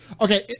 Okay